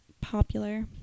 popular